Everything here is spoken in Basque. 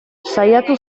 saiatu